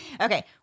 Okay